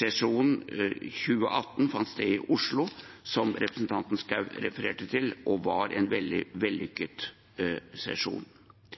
Sesjonen høsten 2018 fant sted i Oslo – som representanten Schou refererte til – og var en veldig vellykket sesjon.